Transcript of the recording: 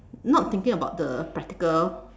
not thinking about the practical